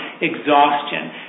exhaustion